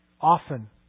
Often